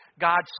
God's